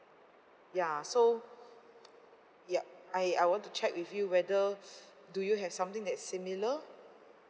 ya so ya I I want to check with you whether do you have something that's similar